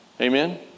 Amen